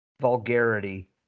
vulgarity